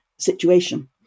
situation